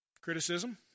criticism